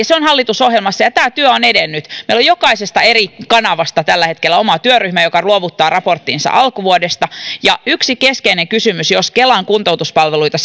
se on hallitusohjelmassa ja tämä työ on edennyt meillä on jokaisesta eri kanavasta tällä hetkellä oma työryhmä joka luovuttaa raporttinsa alkuvuodesta ja yksi keskeinen kysymys jos kelan kuntoutuspalveluita